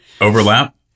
overlap